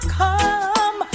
come